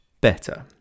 better